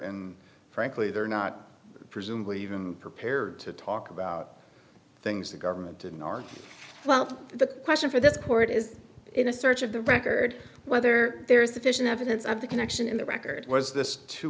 and frankly they're not presumably even prepared to talk about things the government didn't or well the question for this court is in a search of the record whether there is sufficient evidence of the connection in the record was this to